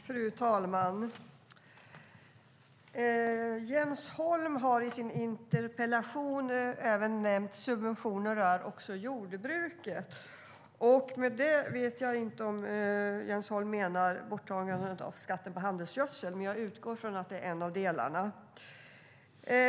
Fru talman! Jens Holm har i sin interpellation även nämnt subventioner till jordbruket. Jag vet inte om Jens Holm menar borttagandet av skatten på handelsgödsel, men jag utgår från att det är en del.